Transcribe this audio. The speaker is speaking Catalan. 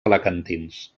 alacantins